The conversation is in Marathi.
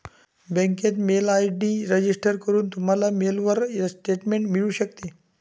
बँकेत मेल आय.डी रजिस्टर करून, तुम्हाला मेलवर स्टेटमेंट मिळू शकते